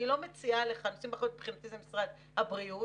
מבחינתי זה משרד הבריאות.